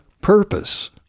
purpose